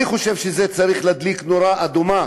אני חושב שזה צריך להדליק נורה אדומה,